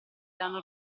dalla